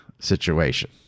situation